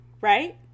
right